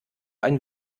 ein